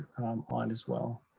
on as well.